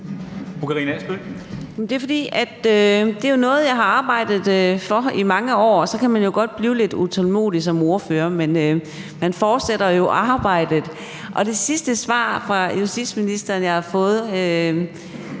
Det er jo noget, jeg har arbejdet for i mange år, og så kan man godt blive lidt utålmodig som ordfører, men man fortsætter arbejdet. Det sidste svar fra justitsministeren, jeg har fået,